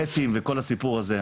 בטים וכל הסיפור הזה,